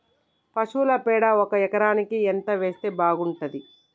పశువుల పేడ ఒక ఎకరానికి ఎంత వేస్తే బాగుంటది?